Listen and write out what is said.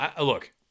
Look